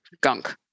gunk